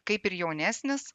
kaip ir jaunesnis